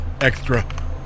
extra